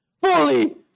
fully